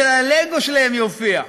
שהלוגו שלהם יופיע,